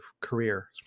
career